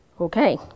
Okay